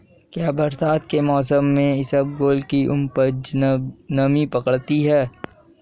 क्या बरसात के मौसम में इसबगोल की उपज नमी पकड़ती है?